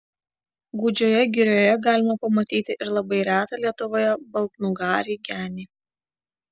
gūdžioje girioje galima pamatyti ir labai retą lietuvoje baltnugarį genį